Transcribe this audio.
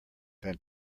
than